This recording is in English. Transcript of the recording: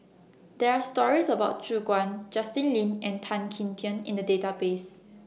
There Are stories about Ju Guan Justin Lean and Tan Kim Tian in The Database